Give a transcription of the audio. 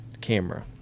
camera